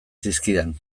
zizkidan